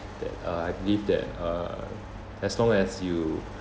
that uh I believe that uh as long as you